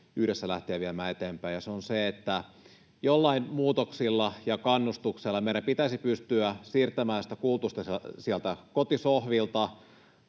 yhdessä lähteä viemään eteenpäin. Se on se, että joillain muutoksilla ja kannustuksella meidän pitäisi pystyä siirtämään sitä kulutusta kotisohvilta